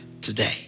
today